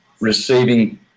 receiving